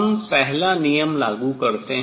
हम पहला नियम लागू करते हैं